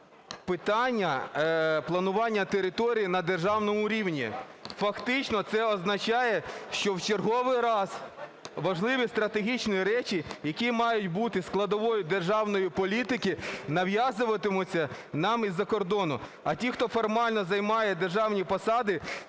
питання планування територій на державному рівні. Фактично це означає, що в черговий раз важливі стратегічні речі, які мають бути складовою державної політики, нав'язуватимуться нам із-за кордону. А ті, хто формально займає державні посади,